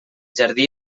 jardí